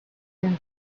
been